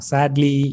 Sadly